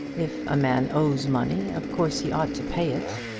if a man owes money of course he ought to pay it.